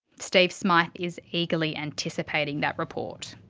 steve smyth is eagerly anticipating that report.